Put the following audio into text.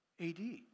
AD